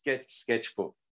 Sketchbook